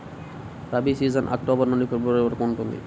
rabi season October నుండి February వరకు ఉంటుంది